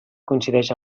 coincideix